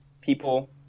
people